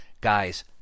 guys